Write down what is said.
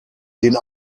den